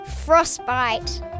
Frostbite